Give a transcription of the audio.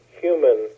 human